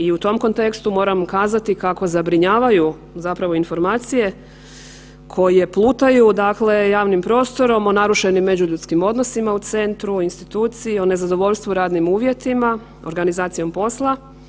I u tom kontekstu moramo kazati kako zabrinjavaju zapravo informacije koje plutaju, dakle javnim prostorom, o narušenim međuljudskim odnosima u centru, u instituciji, o nezadovoljstvu radnim uvjetima, organizacijom posla.